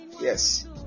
Yes